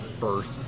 first